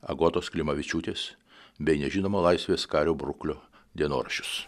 agotos klimavičiūtės bei nežinomo laisvės kario bruklio dienoraščius